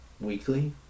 weekly